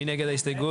מי נגד ההסתייגות?